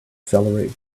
accelerate